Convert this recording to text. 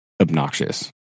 obnoxious